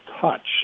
touch